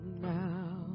now